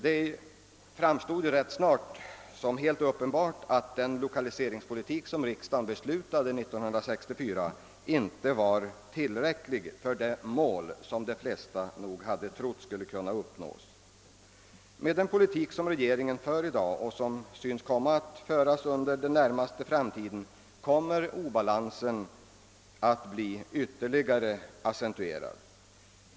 Det framstod rätt snart som helt uppenbart att den lokaliseringspolitik som riksdagen beslutade om 1964 inte var tillräcklig för det mål som de flesta nog hade trott skulle kunna uppnås. Med den politik som regeringen för i dag och som synes komma att föras under den närmaste framtiden kommer obalansen att bli ytterligare accentuerad.